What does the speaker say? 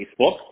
Facebook